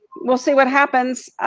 we'll see what happens,